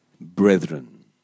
brethren